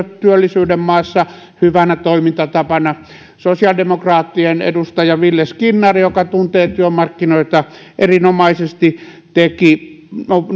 työllisyyden maassa hyvänä toimintatapana sosiaalidemokraattien edustaja ville skinnari joka tuntee työmarkkinoita erinomaisesti teki